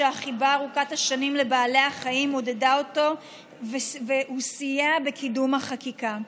שהחיבה ארוכת השנים לבעלי החיים עודדה אותו והוא סייע בקידום החקיקה,